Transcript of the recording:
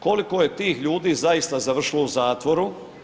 Koliko je tih ljudi zaista završilo u zatvoru?